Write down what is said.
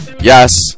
Yes